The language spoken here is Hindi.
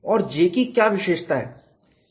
और J की क्या विशेषता है